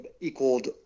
equaled